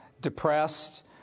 depressed